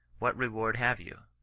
what reward have you?